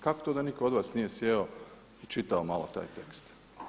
Kako to da nitko od vas nije sjeo i čitao malo taj tekst?